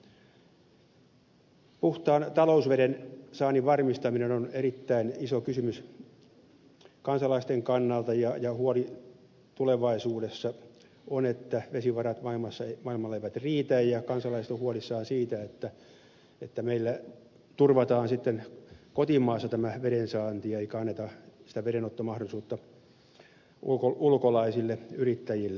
puhtaan talousveden saannin varmistaminen on erittäin iso kysymys kansalaisten kannalta ja huoli tulevaisuudessa on että vesivarat maailmalla eivät riitä ja kansalaiset ovat huolissaan siitä että meillä turvataan sitten kotimaassa tämä vedensaanti eikä anneta sitä vedenottomahdollisuutta ulkolaisille yrittäjille